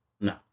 No